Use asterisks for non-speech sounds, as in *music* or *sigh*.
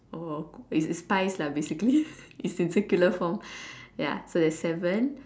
oh it's it's spice lah basically *laughs* it's in circular form ya so there's seven